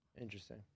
Interesting